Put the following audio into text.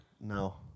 No